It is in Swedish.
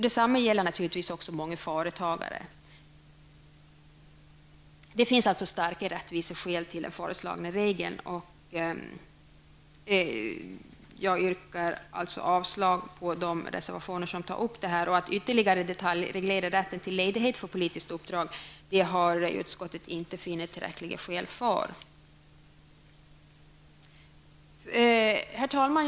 Detsamma gäller naturligtvis också många företagare. Det finns alltså starka rättviseskäl för den föreslagna regeln. Jag yrkar därför avslag på de reservationer där detta tas upp. Utskottet har inte funnit tillräckliga skäl för att ytterligare detaljreglera rätten till ledighet för politiska uppdrag. Herr talman!